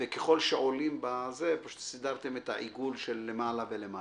וככל שעולים במספר פשוט עיגלתם למעלה ולמטה.